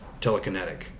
telekinetic